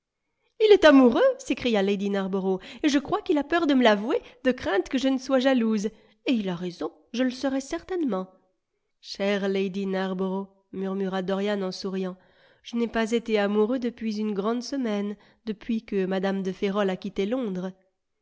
il est amoureux s'écria lady narborough et je crois qu'il a peur de me l'avouer de crainte que je ne sois jalouse et il a raison je le serais certainement chère lady narborough murmura dorian en souriant je n'ai pas été amoureux depuis une grande semaine depuis que mme de ferrol a quitté londres